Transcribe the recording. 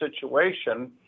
situation